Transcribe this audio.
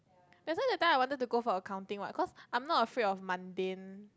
that's why that time I wanted to go for accounting what cause I'm not afraid of mundane